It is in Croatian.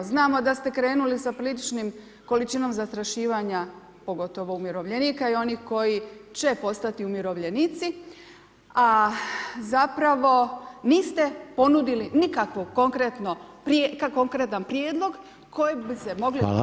Znamo da ste krenuli sa popriličnim količinom zastrašivanja, pogotovo umirovljenika i onih koji će postati umirovljenici, a zapravo niste ponudili nikakav konkretan prijedlog kojim bi se moglo raspravljati.